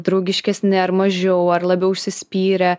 draugiškesni ar mažiau ar labiau užsispyrę